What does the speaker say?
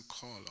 call